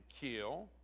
kill